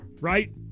Right